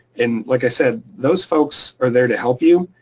and like i said, those folks are there to help you,